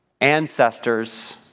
ancestors